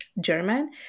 German